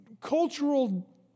cultural